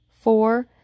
four